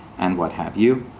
and what have you.